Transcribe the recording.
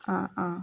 ആ ആ